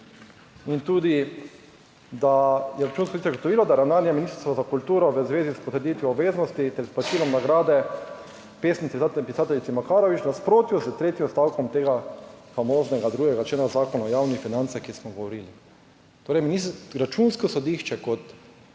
In tudi, da je Računsko sodišče ugotovilo, da je ravnanje Ministrstva za kulturo v zvezi s potrditvijo obveznosti ter izplačilom nagrade pesnice, pisateljice Makarovič v nasprotju s tretjim odstavkom tega famoznega 2. člena Zakona o javnih financah, ki smo govorili. Torej, Računsko sodišče, kot